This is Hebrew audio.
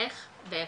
איך ואיפה,